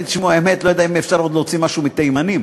אני לא יודע אם אפשר להוציא עוד משהו מתימנים.